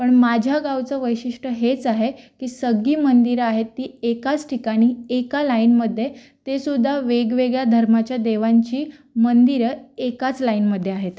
पण माझ्या गावचं वैशिष्ट्य हेच आहे की सगळी मंदिरं आहेत ती एकाच ठिकाणी एका लाईनमध्ये तेसुद्धा वेगवेगळ्या धर्माच्या देवांची मंदिरं एकाच लाईनमध्ये आहेत